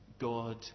God